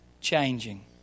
changing